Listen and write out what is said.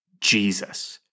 Jesus